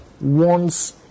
wants